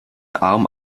arm